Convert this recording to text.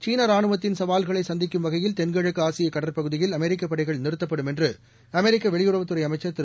சீன ரானுவத்தின் சவால்களை சந்திக்கும் வகையில் தென்கிழக்கு ஆசியக் கடற்பகுதியில் அமெரிக்க படைகள் நிறுத்தப்படும் என்று அமெரிக்க வெளியுறவுத் துறை அமைச்சர் திரு